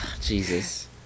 Jesus